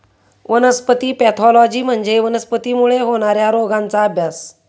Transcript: वनस्पती पॅथॉलॉजी म्हणजे वनस्पतींमुळे होणार्या रोगांचा अभ्यास